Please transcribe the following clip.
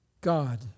God